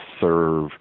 serve